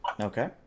Okay